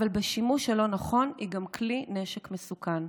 אבל בשימוש הלא-נכון היא גם כלי נשק מסוכן,